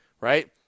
right